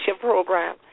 program